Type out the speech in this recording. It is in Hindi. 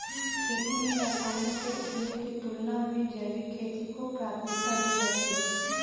खेती में रसायनों के उपयोग की तुलना में जैविक खेती को प्राथमिकता दी जाती है